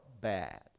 bad